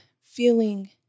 feeling